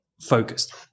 focused